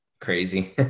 crazy